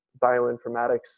bioinformatics